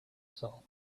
soul